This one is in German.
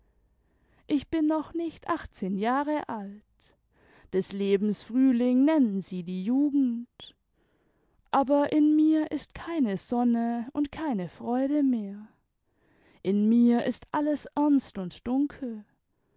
ich bin noch nicht achtzehn jahre alt des lebens frühling nennen sie die jugend aber in mir ist keine sonne und keine freude mehr in mir ist alles ernst und dunkel